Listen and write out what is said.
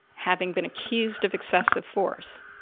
having been accused of excessive force,